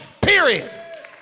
Period